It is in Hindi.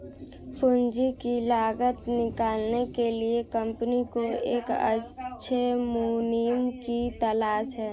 पूंजी की लागत निकालने के लिए कंपनी को एक अच्छे मुनीम की तलाश है